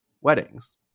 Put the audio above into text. weddings